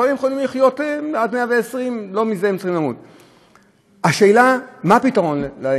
הם יכולים לחיות עד 120, לא מזה הם צריכים למות.